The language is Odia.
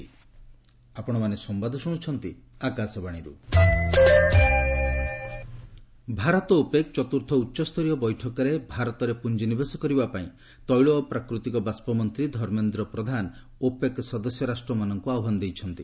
ପ୍ରଧାନ ଓପେକ୍ ଭାରତ ଓପେକ୍ ଚତୁର୍ଥ ଉଚ୍ଚସ୍ତରୀୟ ବୈଠକରେ ଭାରତରେ ପୁଞ୍ଜିନିବେଶ କରିବାପାଇଁ ତେଳ ଓ ପ୍ରାକୃତିକ ବାଷ୍ପ ମନ୍ତ୍ରୀ ଧର୍ମେନ୍ଦ୍ର ପ୍ରଧାନ ଓପେକ୍ ସଦସ୍ୟ ରାଷ୍ଟ୍ରମାନଙ୍କୁ ଆହ୍ୱାନ ଦେଇଛନ୍ତି